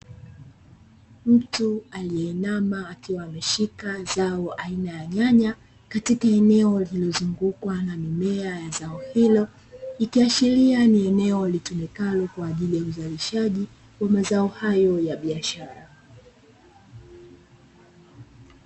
Mtu aliyeinama akiwa ameshika zao aina ya nyanya katika eneo lililozungukwa na mimea ya zao hilo, ikiashiria kuwa ni eneo litumikalo kwa ajili ya uzalishaji wa mazao hayo ya biashara.